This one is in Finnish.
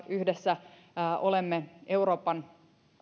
yhdessä olemme euroopan